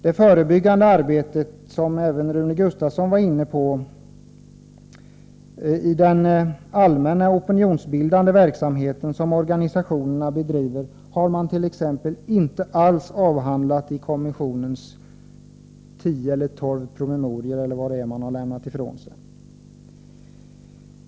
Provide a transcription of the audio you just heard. Det förebyggande arbetet i den allmänna opinionsbildande verksamheten som organisationerna bedriver har exempelvis inte alls avhandlats i kommissionens tio eller tolv promemorior — eller hur många det nu är som man har lämnat ifrån sig. Även Rune Gustavsson berörde detta i sitt anförande.